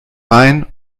rein